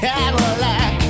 Cadillac